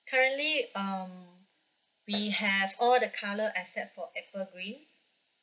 currently um we have all the colour except for apple green